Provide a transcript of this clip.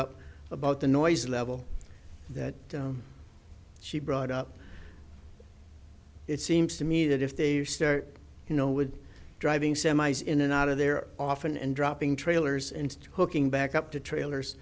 up about the noise level that she brought up it seems to me that if they start you know would driving semis in and out of there often and dropping trailers and hooking back up to trailers